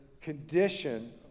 condition